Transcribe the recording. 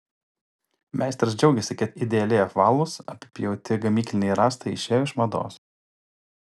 meistras džiaugiasi kad idealiai apvalūs apipjauti gamykliniai rąstai išėjo iš mados